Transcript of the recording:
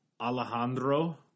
Alejandro